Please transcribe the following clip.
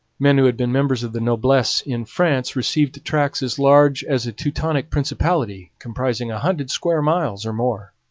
men who had been members of the noblesse in france received tracts as large as a teutonic principality, comprising a hundred square miles or more.